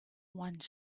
one